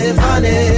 funny